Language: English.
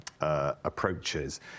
approaches